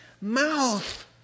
mouth